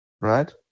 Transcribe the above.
right